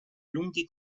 lunghi